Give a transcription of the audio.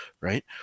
right